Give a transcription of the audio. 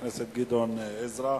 חבר הכנסת גדעון עזרא.